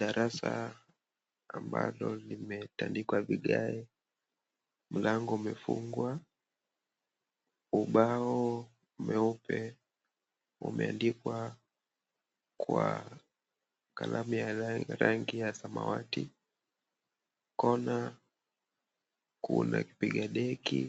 Darasa ambalo limetandikwa bidhaa, mlango umefungwa, ubao mweupe umeandikwa kalamu ya rangi ya samawati, corner kuna vipiga deki